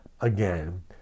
again